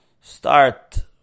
Start